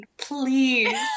please